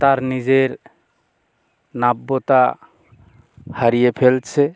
তার নিজের নাব্যতা হারিয়ে ফেলছে